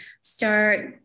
start